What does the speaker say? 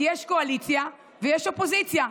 כי יש קואליציה ויש אופוזיציה.